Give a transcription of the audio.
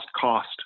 cost